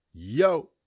yo